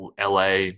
LA